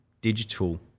digital